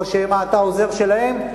או שמא אתה עוזר שלהם,